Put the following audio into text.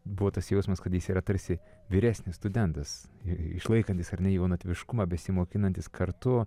buvo tas jausmas kad jis yra tarsi vyresnis studentas išlaikantis ar ne jaunatviškumą besimokinantis kartu